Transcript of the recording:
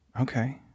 Okay